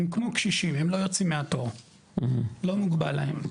הם כמו קשישים הם לא יוצאים מהתור, לא מוגבל להם.